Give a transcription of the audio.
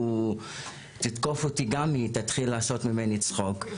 או תתקוף אותי גם, היא תתחיל לעשות ממני צחוק.